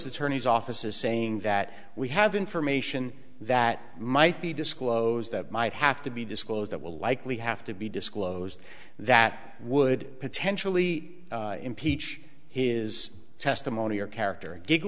attorney's office is saying that we have information that might be disclosed that might have to be disclosed that will likely have to be disclosed that would potentially impeach his testimony or character gig